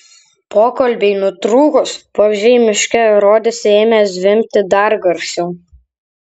pokalbiui nutrūkus vabzdžiai miške rodėsi ėmė zvimbti dar garsiau